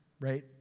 right